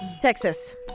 Texas